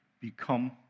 become